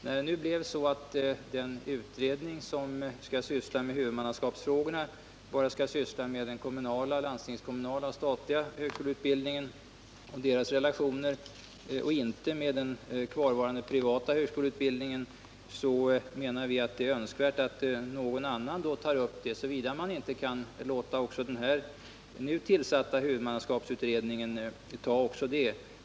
Där blev det emellertid så att den utredning som skulle syssla med huvudmannaskapsfrågorna bara skall syssla med de primärkommunala, landstingskommunala och statliga högskoleutbildningarna och deras relationer och inte med den kvarvarande privata högskoleutbildningen. Därför menar vi att det är önskvärt att någon annan tar hand om denna uppgift, såvitt man inte kan låta den tillsatta huvudmannaskapsut Nr 43 redningen ta sig an denna uppgift.